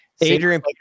Adrian